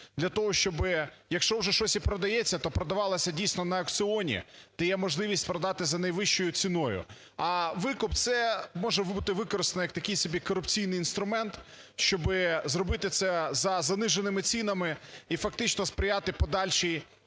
для того, щоби… якщо вже щось і продається, то продавалося, дійсно, на аукціоні, де є можливість продати за найвищою ціною. А викуп – це може бути використано як такий собі корупційний інструмент, щоби зробити це за заниженими цінами і фактично сприяти подальшій…